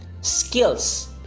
skills